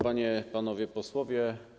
Panie, Panowie Posłowie!